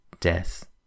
death